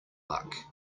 luck